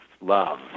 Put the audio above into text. love